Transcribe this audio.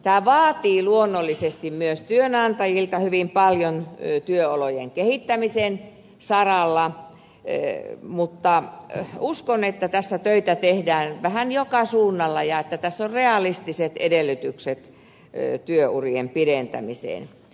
tämä vaatii luonnollisesti myös työnantajilta hyvin paljon työolojen kehittämisen saralla mutta uskon että tässä töitä tehdään vähän joka suunnalla ja että tässä on realistiset edellytykset työurien pidentämiseen